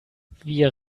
wir